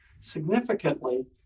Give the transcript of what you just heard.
Significantly